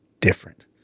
different